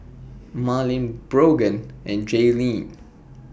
Marleen Brogan and Jaelynn